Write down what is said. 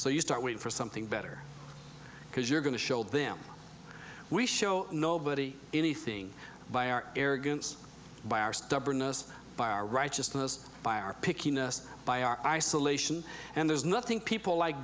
so you start wait for something better because you're going to show them we show nobody anything by our arrogance by our stubbornness by our righteousness by our pickiness by our isolation and there's nothing people like